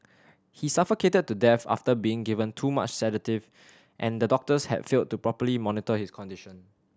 he suffocated to death after being given too much sedative and the doctors had failed to properly monitor his condition